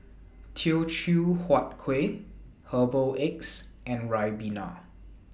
Teochew Huat Kueh Herbal Eggs and Ribena